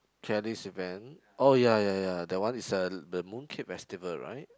Kelly's event oh ya ya ya that one is a the Mooncake Festival right